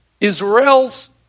Israel's